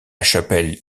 chapelle